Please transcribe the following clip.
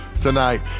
tonight